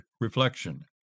reflection